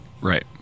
Right